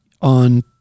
on